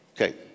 Okay